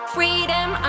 Freedom